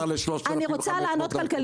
רגע, אתה שאלת שאלה, אני רוצה לענות כלכלי.